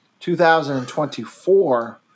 2024